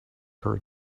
her